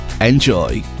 Enjoy